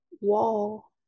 wall